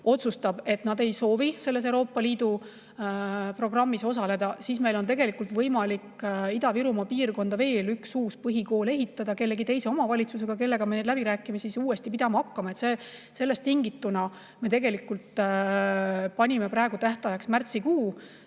otsustab, et nad ei soovi selles Euroopa Liidu programmis osaleda, siis meil on võimalik Ida-Virumaa piirkonda ehitada veel üks uus põhikool [koos mõne] teise omavalitsusega, kellega me neid läbirääkimisi uuesti pidama hakkame. Sellest tingituna me panime praegu tähtajaks märtsikuu,